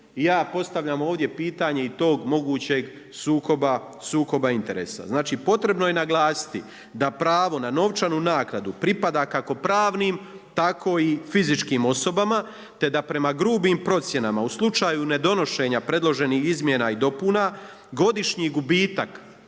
I ja postavljam ovdje pitanje i tog mogućeg sukoba interesa. Znači, potrebno je naglasiti da pravo na novčanu naknadu pripada kako pravnim, tako i fizičkim osobama, te da prema grubim procjenama u slučaju nedonošenja predloženih izmjena i dopuna godišnji gubitak,